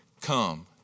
come